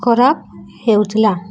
ଖରାପ ହେଉଥିଲା